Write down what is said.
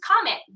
comment